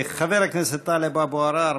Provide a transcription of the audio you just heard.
חבר הכנסת טלב אבו עראר,